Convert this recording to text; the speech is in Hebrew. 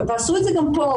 ועשו את זה גם פה,